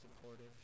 supportive